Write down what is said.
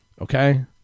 Okay